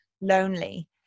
lonely